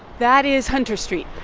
that is hunter street.